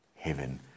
Heaven